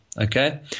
Okay